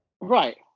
Right